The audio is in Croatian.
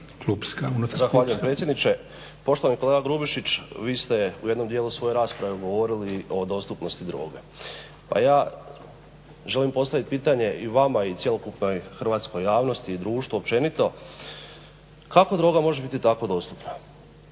Zahvaljujem predsjedniče. Poštovani kolega Grubišić, vi ste u jednom djelu svoje rasprave govorili o dostupnosti droge, a ja želim postaviti pitanje i vama i cjelokupnoj hrvatskoj javnosti i društvu općenito, kako droga može biti tako dostupna?